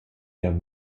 der